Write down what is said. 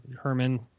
Herman